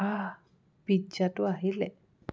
আহ পিজ্জাটো আহিলে